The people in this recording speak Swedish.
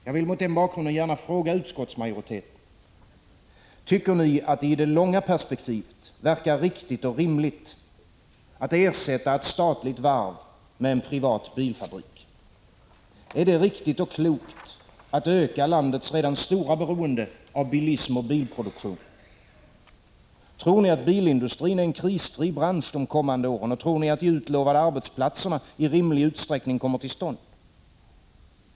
Jag vill gärna fråga utskottsmajoriteten: Tycker ni att det i det långa perspektivet verkar riktigt och rimligt att ersätta ett statligt varv med en privat bilfabrik? Är det riktigt och klokt att öka landets redan stora beroende av bilism och bilproduktion? Tror ni att bilindustrin är en krisfri bransch de kommande åren, och tror ni att de utlovade arbetsplatserna i rimlig utsträckning kommer till stånd?